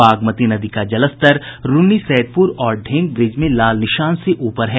बागमती नदी का जलस्तर रून्नीसैदपुर और ढेंग ब्रिज में लाल निशान से ऊपर है